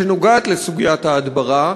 שנוגעת לסוגיית ההדברה,